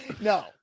no